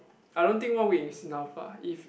I don't think one week is enough ah if